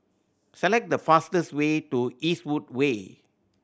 select the fastest way to Eastwood Way